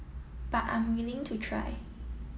but I'm willing to try